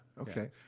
Okay